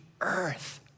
earth